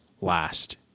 last